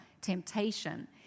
temptation